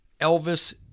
elvis